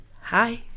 Hi